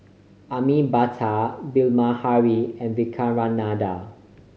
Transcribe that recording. Amitabh Bilahari and Vivekananda